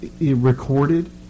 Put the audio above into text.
recorded